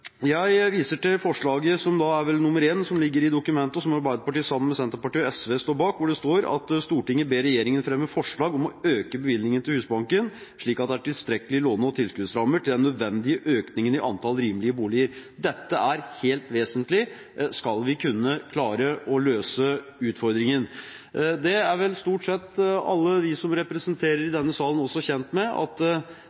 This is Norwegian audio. Jeg viser til forslag nr. 1 som ligger i innstillingen, som Arbeiderpartiet sammen med Senterpartiet og SV står bak, hvor det står: «Stortinget ber regjeringen fremme forslag om å øke bevilgningene til Husbanken slik at det er tilstrekkelige låne- og tilskuddsrammer til den nødvendige økningen i antallet rimelige boliger.» Dette er helt vesentlig, skal vi kunne klare å løse utfordringen. Stort sett alle som representerer i denne salen, er vel også kjent med at det ikke bare er å vedta å bygge en bolig i